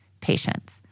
patients